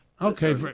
Okay